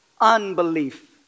unbelief